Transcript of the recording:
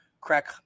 crack